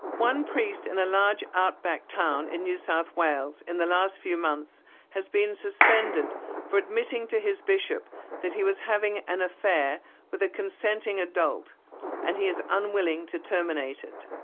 one priest in a large outback town in new south wales in the last few months has been suspended for admitting to his bishop that he was having an affair with a consenting adult and he is unwilling to terminate it.